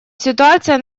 ситуация